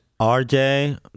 RJ